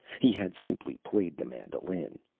he had simply played the mandolin.